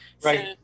Right